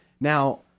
Now